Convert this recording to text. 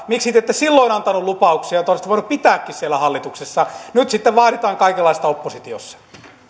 miksi te ette silloin antaneet lupauksia joita olisitte voineet pitääkin siellä hallituksessa nyt sitten vaaditaan kaikenlaista oppositiossa